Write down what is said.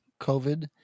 covid